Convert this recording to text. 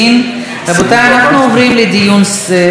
רבותי, אנחנו עוברים לדיון סיעתי.